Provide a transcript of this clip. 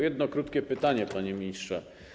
Jedno krótkie pytanie, panie ministrze.